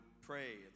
pray